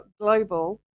Global